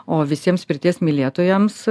o visiems pirties mylėtojams